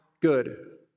good